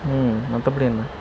ம் மற்றபடி என்ன